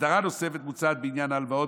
הסדרה נוספת מוצעת בעניין ההלוואות,